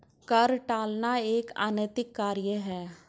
कर टालना एक अनैतिक कार्य है